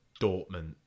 Dortmund